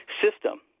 system